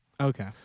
Okay